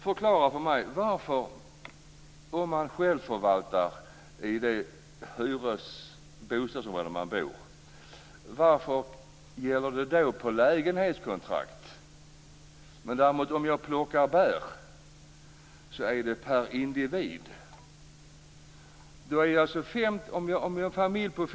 Förklara för mig: Om man självförvaltar i det bostadsområde där man bor, varför gäller det per lägenhetskontrakt? Om jag däremot plockar bär är det per individ.